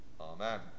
Amen